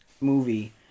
movie